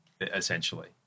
essentially